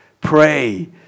pray